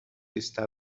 está